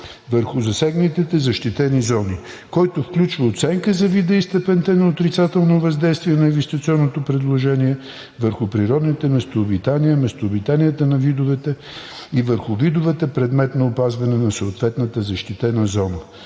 върху засегнатите защитени зони, който включва оценка за вида и степента на отрицателно въздействие на инвестиционното предложение върху природните местообитания, местообитанията на видовете и върху видовете – предмет на опазване на съответната защитена зона.